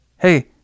Hey